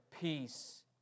peace